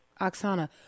Oksana